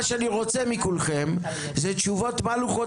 מה שאני רוצה מכולכם זה לדעת מהם לוחות